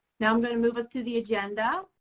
now i'm going to move us to the agenda.